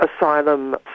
asylum